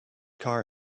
car